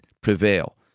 prevail